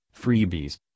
freebies